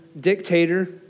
dictator